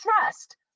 trust